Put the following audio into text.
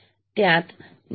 त्यात 9